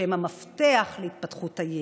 שהם המפתח להתפתחות הילד.